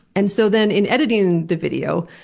and so then, in editing the video,